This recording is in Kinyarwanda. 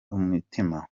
umutima